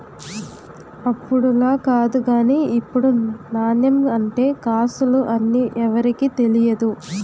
అప్పుడులా కాదు గానీ ఇప్పుడు నాణెం అంటే కాసులు అని ఎవరికీ తెలియదు